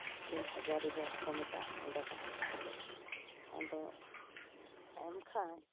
ᱡᱮ ᱦᱟᱡᱟᱨᱤ ᱵᱟᱜᱽ ᱠᱚ ᱢᱮᱛᱟᱜ ᱚᱸᱰᱮ ᱛᱟᱦᱮᱸ ᱠᱟᱱᱟ ᱟᱫᱚ ᱮᱱᱠᱷᱟᱱ